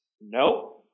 no